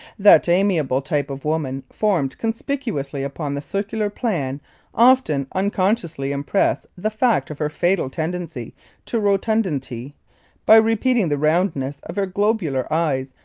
that amiable type of woman formed conspicuously upon the circular plan often unconsciously impresses the fact of her fatal tendency to rotundity by repeating the roundness of her globular eyes,